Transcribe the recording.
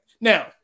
Now